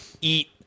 eat